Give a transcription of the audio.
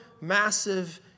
massive